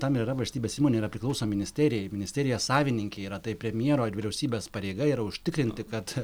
tam ir yra valstybės įmonė yra priklauso ministerijai ministerija savininkė yra tai premjero ir vyriausybės pareiga yra užtikrinti kad